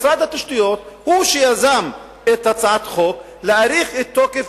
משרד התשתיות הוא שיזם את הצעת החוק להאריך את תוקף